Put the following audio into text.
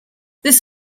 this